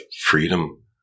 freedom